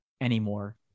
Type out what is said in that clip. anymore